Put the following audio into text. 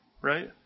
right